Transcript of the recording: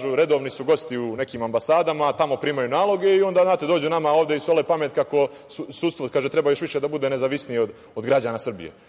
su redovni gosti u nekim ambasadama, a tamo primaju naloge i onda dođu nama ovde i sole pamet kako sudstvo treba još više da bude nezavisno od građana Srbije.O